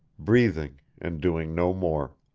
breathing, and doing no more.